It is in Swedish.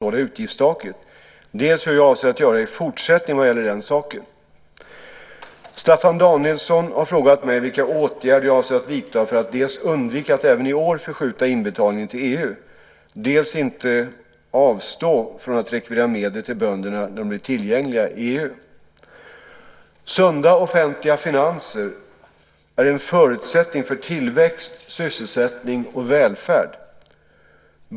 Fru talman! Birgitta Sellén har frågat mig dels hur jag har gjort bedömningen att staten, som hon uttrycker det, lånar pengar från Sveriges jordbrukare för att hålla utgiftstaket, dels hur jag avser att göra i fortsättningen vad gäller den saken. Staffan Danielsson har frågat mig vilka åtgärder jag avser att vidta för att dels undvika att även i år förskjuta inbetalningen till EU, dels inte avstå från att rekvirera medel till bönderna när de blir tillgängliga i EU. Sunda offentliga finanser är en förutsättning för tillväxt, sysselsättning och välfärd.